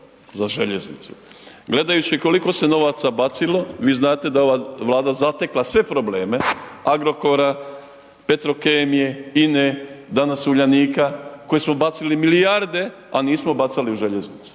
za željeznicu. Gledajući koliko se novaca bacilo, vi znate da je ova Vlada zatekla sve probleme Agrokora, Petrokemije, INA-e, danas Uljanika u koji smo bacili milijarde, a nismo bacali u željeznicu,